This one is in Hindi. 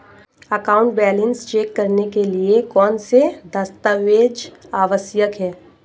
अकाउंट बैलेंस चेक करने के लिए कौनसे दस्तावेज़ आवश्यक हैं?